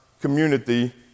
community